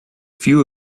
few